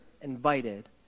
invited